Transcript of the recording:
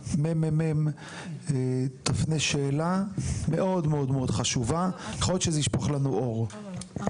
מהממ"מ תפנה שאלה מאוד חשובה; יכול להיות שזה ישפוך לנו אור.